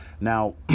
Now